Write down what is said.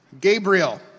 Gabriel